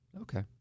Okay